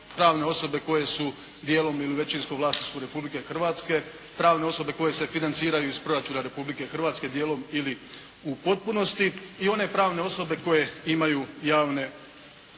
pravne osobe koje su dijelom ili u većinskom vlasništvu Republike Hrvatske, pravne osobe koje se financiraju iz proračuna Republike Hrvatske, dijelom ili u potpunosti i one pravne osobe koje imaju javne